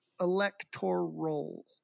electoral